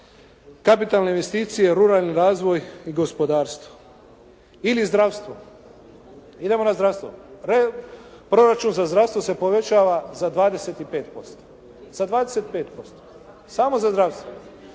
kapitalne investicije, ruralni razvoj i gospodarstvo ili zdravstvo. Idemo na zdravstvo. Proračun za zdravstvo se povećava za 25%. Za 25%. Samo za 25%.